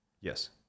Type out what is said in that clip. Yes